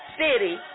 city